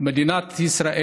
מדינת ישראל